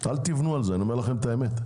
אל תבנו על זה אומר לכם את האמת,